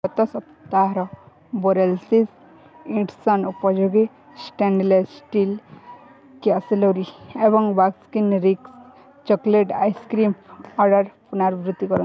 ଗତ ସପ୍ତାହର ବୋରୋସିଲ୍ ଇଣ୍ଡକ୍ସନ୍ ଉପଯୋଗୀ ଷ୍ଟେନ୍ଲେସ୍ ଷ୍ଟିଲ୍ କ୍ୟାସେରୋଲ୍ ଏବଂ ବାସ୍କିନ୍ ରବିନ୍ସ ଚକୋଲେଟ୍ ଆଇସ୍କ୍ରିମ୍ ଅର୍ଡ଼ର୍ର ପୁନରାବୃତ୍ତି କରନ୍ତୁ